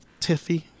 tiffy